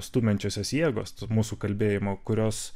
stumiančiosios jėgos mūsų kalbėjimo kurios